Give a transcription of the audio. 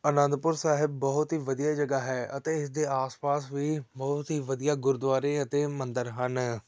ਅਨੰਦਪੁਰ ਸਾਹਿਬ ਬਹੁਤ ਹੀ ਵਧੀਆ ਜਗ੍ਹਾ ਹੈ ਅਤੇ ਇਸਦੇ ਆਸ ਪਾਸ ਵੀ ਬਹੁਤ ਹੀ ਵਧੀਆ ਗੁਰਦੁਆਰੇ ਅਤੇ ਮੰਦਰ ਹਨ